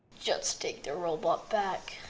just take the robot back.